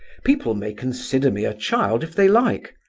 people may consider me a child if they like.